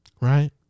Right